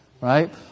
right